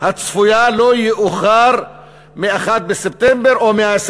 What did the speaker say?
הצפויה לא יאוחר מ-1 בספטמבר או 120